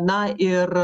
na ir